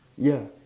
ya